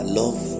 love